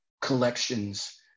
collections